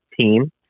team